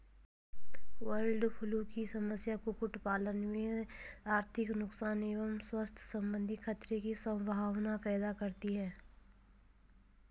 bird flu की समस्या कुक्कुट पालन में आर्थिक नुकसान एवं स्वास्थ्य सम्बन्धी खतरे की सम्भावना पैदा करती है